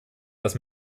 dass